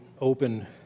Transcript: open